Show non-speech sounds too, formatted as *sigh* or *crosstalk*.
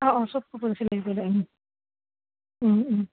*unintelligible*